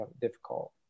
difficult